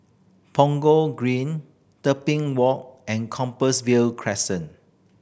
Punggol Green Tebing Walk and Compassvale Crescent